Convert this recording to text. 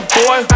boy